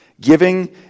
Giving